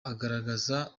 agaragaza